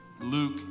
Luke